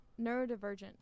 Neurodivergent